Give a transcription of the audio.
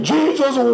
Jesus